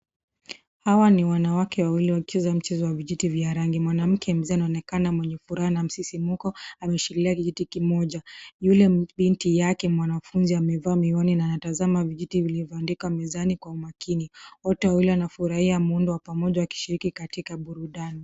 Hawa ni wanawake wawili wakicheza mchezo wa vijiti vya rangi. Mwanamke mzee anaonekana mwenye furaha na msisimko, ameshikilia kijiti kimoja. Yule binti yake mwanafunzi amevaa miwani na anatazama vijiti vilivyoandika mezani, kwa umakini. Wote wawili wanafurahia muundo wa pamoja wakishiriki katika burudani.